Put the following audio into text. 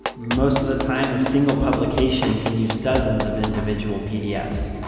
most of the time a single publication can use dozens of individual pdfs.